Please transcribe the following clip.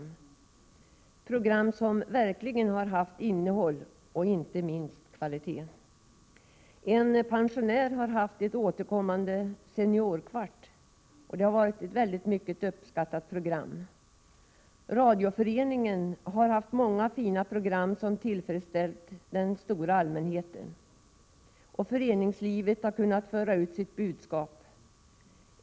Det har varit program som verkligen haft innehåll och inte minst kvalitet. En pensionär har haft en återkommande seniorkvart, och det har varit ett mycket uppskattat program. Radioföreningen har haft många fina program, som tillfredsställt den stora allmänheten. Föreningslivet har också kunna föra ut sina budskap.